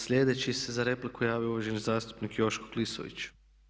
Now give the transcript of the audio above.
Sljedeći se za repliku javio uvaženi zastupnik Joško Klisović.